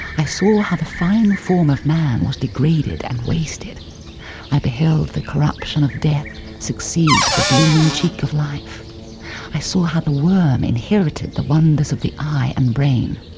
i saw how the fine form of man was degraded and wasted i beheld the corruption of death succeed the blooming cheek of life i saw how the worm inherited the wonders of the eye and brain.